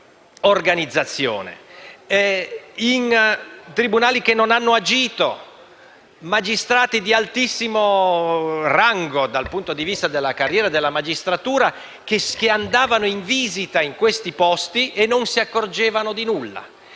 organizzazione. Ci sono tribunali che non hanno agito, magistrati di altissimo rango - dal punto di vista della carriera nella magistratura - che andavano in visita in questi posti, non si accorgevano di nulla